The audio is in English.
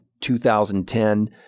2010